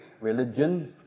religion